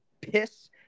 piss